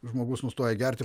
žmogus nustoja gerti